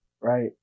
Right